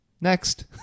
Next